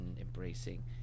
embracing